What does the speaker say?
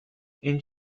این